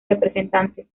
representantes